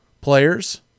players